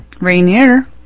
Rainier